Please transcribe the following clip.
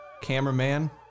cameraman